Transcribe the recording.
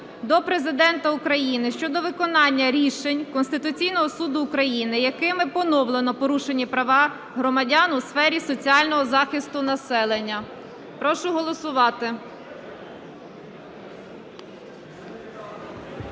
до Президента України щодо виконання рішень Конституційного Суду України, якими поновлено порушені права громадян у сфері соціального захисту населення. Прошу голосувати.